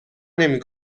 نمی